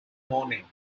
morning